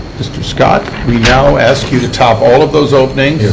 mr. scott, we now ask you to top all of those openings.